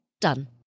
Done